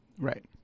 right